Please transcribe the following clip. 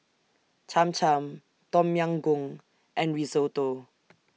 Cham Cham Tom Yam Goong and Risotto